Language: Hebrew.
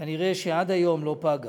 כנראה עד היום לא פגה.